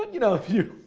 you know if you,